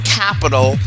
capital